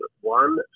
one